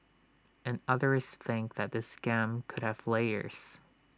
and others think that this scam could have layers